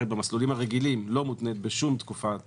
במסלולים הרגילים לא מותנית בשום תקופה